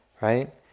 right